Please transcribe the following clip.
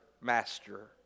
master